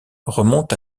remontent